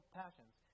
passions